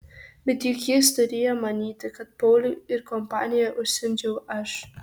bet juk jis turėjo manyti kad paulių ir kompaniją užsiundžiau aš